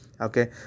okay